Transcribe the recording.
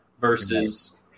versus